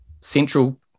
central